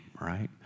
right